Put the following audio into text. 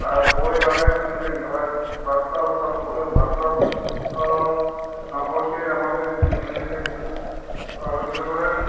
তার বই অনেক বাস্তব সম্প বাস্তব সম্পর্কে আমাদের আলোকিত করেন